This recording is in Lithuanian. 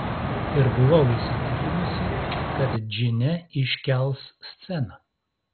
ir buvau įsitikinusi kad džine iškels sceną